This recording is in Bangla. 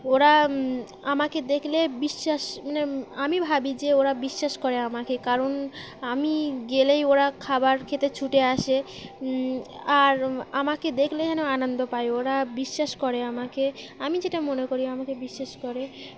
ওরা আমাকে দেখলে বিশ্বাস মানে আমি ভাবি যে ওরা বিশ্বাস করে আমাকে কারণ আমি গেলেই ওরা খাবার খেতে ছুটে আসে আর আমাকে দেখলে যেন আনন্দ পায় ওরা বিশ্বাস করে আমাকে আমি যেটা মনে করি আমাকে বিশ্বাস করে